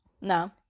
no